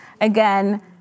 Again